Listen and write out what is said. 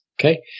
Okay